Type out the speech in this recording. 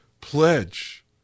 pledge